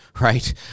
right